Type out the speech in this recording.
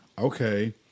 okay